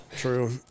true